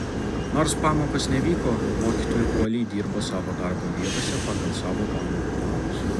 nors pamokos nevyko mokytojai uoliai dirbo savo darbo vietose pagal savo pamokų planus